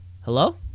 Hello